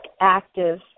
active